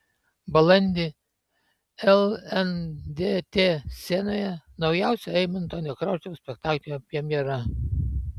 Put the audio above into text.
balandį lndt scenoje naujausio eimunto nekrošiaus spektaklio premjera